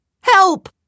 Help